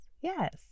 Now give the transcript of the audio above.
Yes